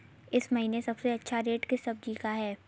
इस महीने सबसे अच्छा रेट किस सब्जी का है?